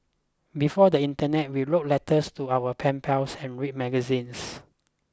before the Internet we wrote letters to our pen pals and read magazines